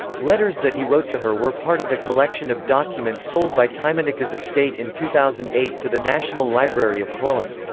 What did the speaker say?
letters that he wrote to her were part of a collection of documents sold by tymieniecka's estate in two thousand and eight to the national library of poland.